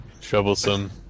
troublesome